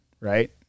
right